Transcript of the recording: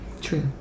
true